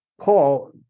Paul